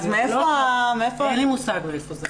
אז מאיפה ה --- אין לי מושג מאיפה זה.